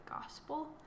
gospel